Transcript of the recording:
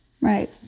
right